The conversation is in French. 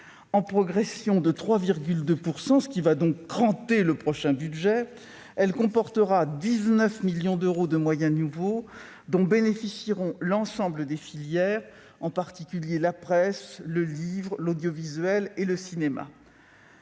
en progression de 3,2 %, ce qui va donc cranter le prochain budget. La mission comportera 19 millions d'euros de moyens nouveaux, dont bénéficieront l'ensemble des filières, en particulier la presse, le livre, l'audiovisuel et le cinéma.